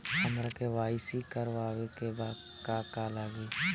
हमरा के.वाइ.सी करबाबे के बा का का लागि?